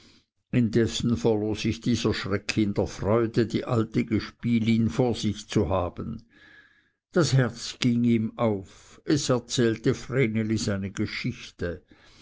indessen verlor sich dieser schreck in der freude die alte gespielin vor sich zu haben das herz ging ihm auf es erzählte vreneli seine geschichte